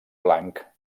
blanc